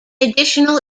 additional